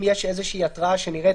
אם יש איזושהי התראה שנראית,